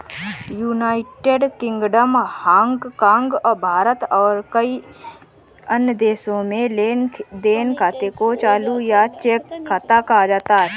United Kingdom, Hong Kong, Bharat और कई अन्य देशों में लेन देन खाते को चालू या चेक खाता कहा जाता है